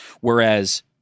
whereas